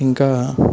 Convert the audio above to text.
ఇంకా